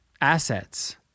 assets